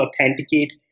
authenticate